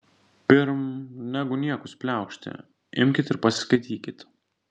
pirm negu niekus pliaukšti imkit ir pasiskaitykit